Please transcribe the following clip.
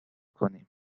کنیم